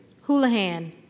Houlihan